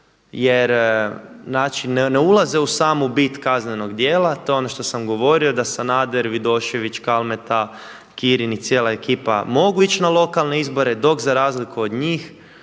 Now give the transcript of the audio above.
jer ne ulaze u samu bit kaznenog djela, to je ono što sam govorio da Sanader, Vidošević, Kalmeta, Kirini i cijela ekipa mogu ići na lokalne izbore dok za razliku od njih